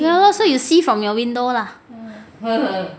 ya lor so you see from your window lah